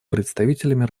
представителями